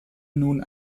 nun